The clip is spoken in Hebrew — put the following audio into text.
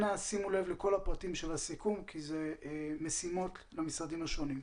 אנא שימו לב לכל הפרטים של הסיכום כי אלה משימות למשרדים השונים.